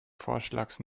vorschlags